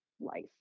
life